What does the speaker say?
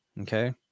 okay